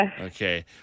Okay